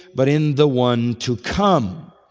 but in the one to come.